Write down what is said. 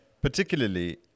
particularly